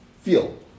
Feel